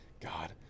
God